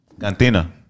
cantina